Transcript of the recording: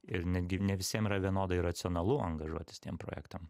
ir netgi ne visiem yra vienodai racionalu angažuotis tiem projektam